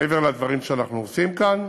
מעבר לדברים שאנחנו עושים כאן,